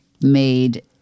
made